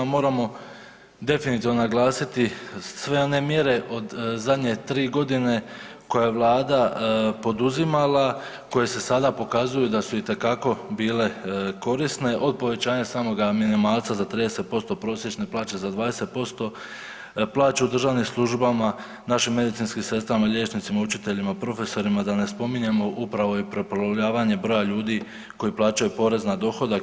Moramo definitivno naglasiti sve one mjere od zadnje tri godine koje je Vlada poduzimala, koje se sada pokazuju da su itekako bile korisne od povećanja samoga minimalca za 30% prosječne plaće za 20%, plaću u državnim službama, našim medicinskim sestrama, liječnicima, učiteljima, profesorima da ne spominjemo upravo i prepolovljenje broja ljudi koji plaćaju porez na dohodak.